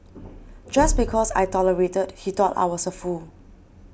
just because I tolerated he thought I was a fool